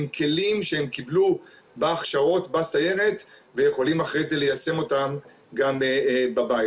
עם כלים שהם קיבלו בהכשרות בסיירת ויכולים אחרי זה ליישם אותם גם בבית.